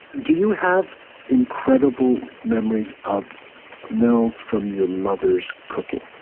do you have incredible memories of smells from your mother's cooking?